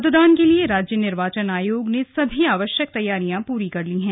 मतदान के लिए राज्य निर्वाचन आयोग ने सभी तैयारियां पूरी कर ली हैं